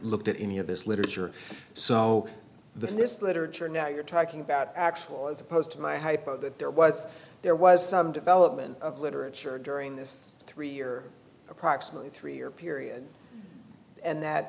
looked at any of this literature so the this literature now you're talking about actual as opposed to my hypo that there was there was some development of literature during this three year approximately three year period and that